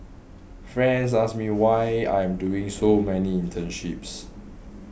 friends ask me why I am doing so many internships